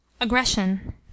aggression